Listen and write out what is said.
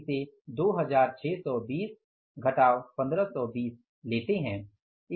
इसे 2620 घटाव 1520 लेते हैं